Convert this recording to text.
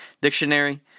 Dictionary